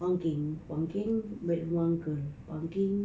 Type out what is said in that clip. pangkeng pangkeng balik rumah uncle pangkeng